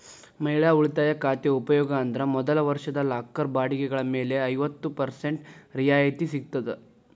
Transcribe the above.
ಮಹಿಳಾ ಉಳಿತಾಯ ಖಾತೆ ಉಪಯೋಗ ಅಂದ್ರ ಮೊದಲ ವರ್ಷದ ಲಾಕರ್ ಬಾಡಿಗೆಗಳ ಮೇಲೆ ಐವತ್ತ ಪರ್ಸೆಂಟ್ ರಿಯಾಯಿತಿ ಸಿಗ್ತದ